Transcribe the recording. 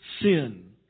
sin